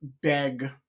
beg